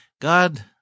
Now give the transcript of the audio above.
God